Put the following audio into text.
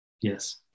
Yes